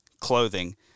clothing